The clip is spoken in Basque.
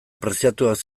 preziatuak